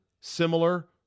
similar